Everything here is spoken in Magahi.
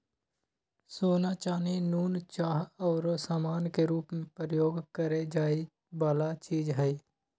सोना, चानी, नुन, चाह आउरो समान के रूप में प्रयोग करए जाए वला चीज हइ